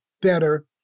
better